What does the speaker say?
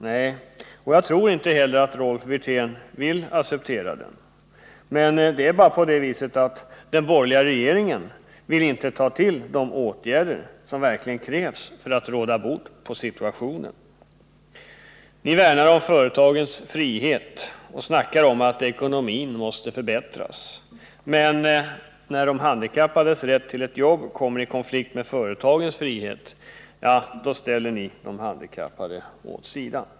Nej, jag tror inte heller att Rolf Wirtén vill acceptera detta, men det är bara på det viset att den borgerliga regeringen inte vill ta till de åtgärder som verkligen krävs för att råda bot på situationen. Ni värnar om företagens frihet och snackar om att ekonomin måste förbättras, men när de handikappades rätt till jobb kommer i konflikt med företagens frihet, ja, då ställer ni de handikappade åt sidan.